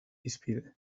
hizpide